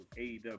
AEW